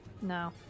No